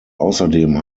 außerdem